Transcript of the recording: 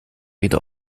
wieder